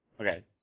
Okay